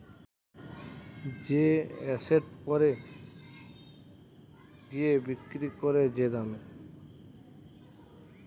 যে এসেট পরে গিয়ে বিক্রি করে যে দামে